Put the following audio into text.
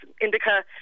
indica